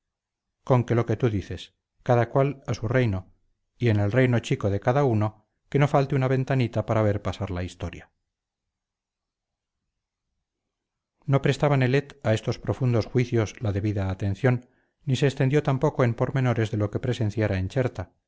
con que lo que tú dices cada cual a su reino y en el reino chico de cada uno que no falte una ventanita para ver pasar la historia no prestaba nelet a estos profundos juicios la debida atención ni se extendió tampoco en pormenores de lo que presenciara en cherta